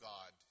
God